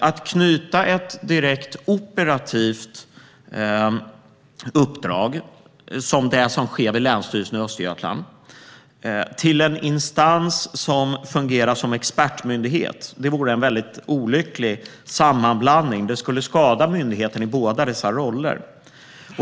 Att knyta ett direkt operativt uppdrag, som det som utförs vid Länsstyrelsen i Östergötland, till en instans som fungerar som expertmyndighet vore en väldigt olycklig sammanblandning. Det skulle skada myndigheten i båda dessa roller.